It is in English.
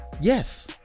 yes